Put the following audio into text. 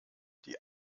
die